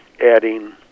adding